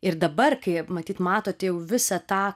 ir dabar kai matyt matot jau visą tą